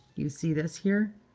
you see this here?